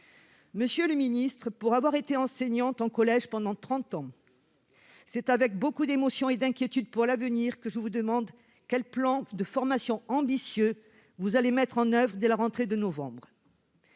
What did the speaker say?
Monsieur le ministre, pour avoir été enseignante en collège pendant trente ans, c'est avec beaucoup d'émotion et d'inquiétude pour l'avenir que je vous demande quel plan de formation ambitieux vous allez mettre en oeuvre dès la rentrée de novembre.